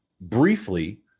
briefly